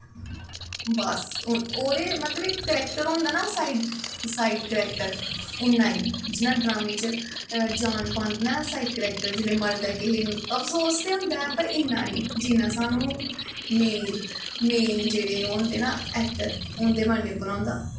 बस ओह्दे मतलब इक करैक्टर होंदा ना साईड करैक्टर उ'आं ई जियां ड्रामें च जान पांदे न साइड करैक्टर जिसलै मारदा किसे नू अफसोस ते होंदा ऐ पर इन्ना नेईं जिन्ना सानूं मेन मेन जेह्ड़े ओह् होंदे ना ऐक्टर उं'दे मरने पर होंदा